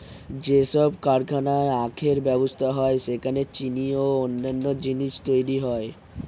যেসব কারখানায় আখের ব্যবসা হয় সেখানে চিনি ও অন্যান্য জিনিস তৈরি হয়